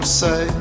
say